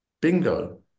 bingo